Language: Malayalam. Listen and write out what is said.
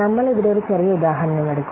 നമ്മൾ ഇവിടെ ഒരു ചെറിയ ഉദാഹരണം എടുക്കും